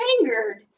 angered